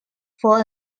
for